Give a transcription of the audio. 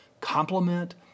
complement